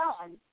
done